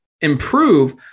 improve